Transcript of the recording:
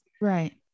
Right